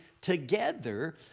together